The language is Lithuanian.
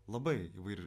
labai įvairi